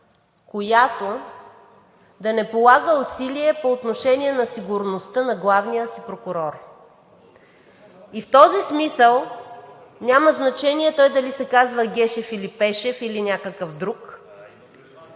която да не полага усилия по отношение на сигурността на главния си прокурор. В този смисъл няма значение дали той се казва Гешев или Пешев, или някакъв друг.